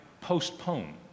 postpone